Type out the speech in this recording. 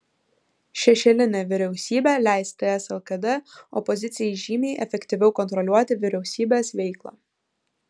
šešėlinė vyriausybė leis ts lkd opozicijai žymiai efektyviau kontroliuoti vyriausybės veiklą